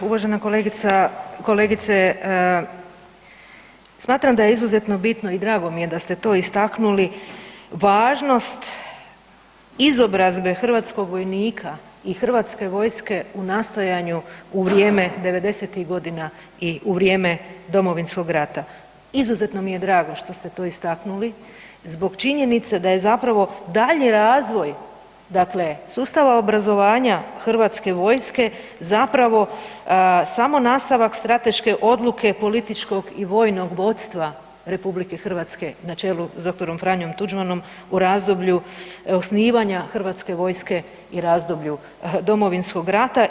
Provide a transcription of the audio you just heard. Uvažena kolegice, smatram da je izuzetno bitno i drago mi je da ste to istaknuli, važnost izobrazbe hrvatskog vojnika i HV-a u nastajanju u vrijeme 90.-tih godina i u vrijeme Domovinskog rata, izuzetno mi je drago što ste to istaknuli zbog činjenice da je zapravo daljnji razvoj, dakle sustava obrazovanja HV-a zapravo samo nastavak strateške odluke političkog i vojnog vodstva RH na čelu s dr. Franjom Tuđmanom u razdoblju osnivanja HV-a i razdoblju Domovinskog rata.